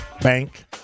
Bank